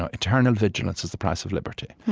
ah eternal vigilance is the price of liberty.